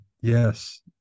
Yes